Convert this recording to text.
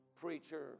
preacher